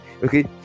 Okay